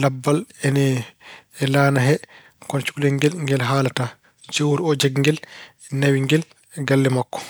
Labbal ina e laana he, kono cukalel ngel, ngel haalataa. Jom wuro oo, jaggi ngel, nawi ngel galle makko.